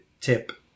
tip